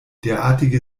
derartige